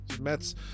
mets